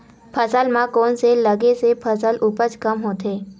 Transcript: फसल म कोन से लगे से फसल उपज कम होथे?